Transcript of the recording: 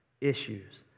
issues